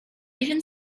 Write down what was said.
even